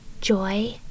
joy